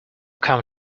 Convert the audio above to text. can